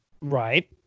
Right